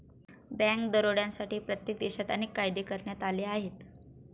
bank दरोड्यांसाठी प्रत्येक देशात अनेक कायदे करण्यात आले आहेत